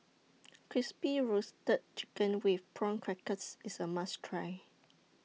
Crispy Roasted Chicken with Prawn Crackers IS A must Try